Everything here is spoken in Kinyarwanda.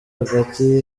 hagati